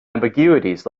ambiguities